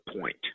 point